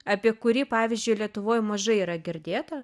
apie kurį pavyzdžiui lietuvoj mažai yra girdėta